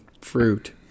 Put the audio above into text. fruit